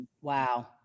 Wow